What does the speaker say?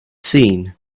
seen